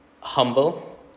humble